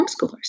homeschoolers